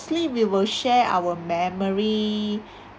we will share our memory